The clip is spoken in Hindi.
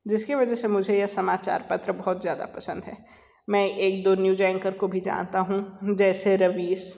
जिसके वजह से मुझे यह समाचार पत्र बहुत ज़्यादा पसंद हैं मैं एक दो न्यूज एंकर को भी जानता हूँ जैसे रवीश